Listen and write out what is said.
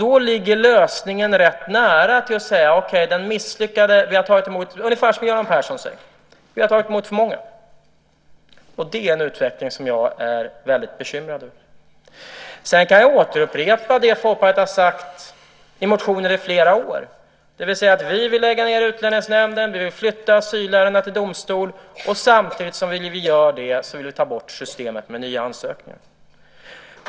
Då ligger det rätt nära att säga ungefär det som Göran Persson säger, nämligen att vi har tagit emot för många. Det är en utveckling som jag är väldigt bekymrad över. Sedan kan jag återupprepa det Folkpartiet har sagt i motioner i flera år. Vi vill lägga ned Utlänningsnämnden, vi vill flytta asylärendena till domstolarna och samtidigt vill vi ta bort systemet med nya ansökningar.